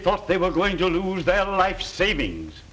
thought they were going to lose their life savings